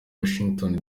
washington